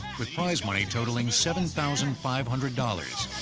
with prize money totaling seven thousand five hundred dollars.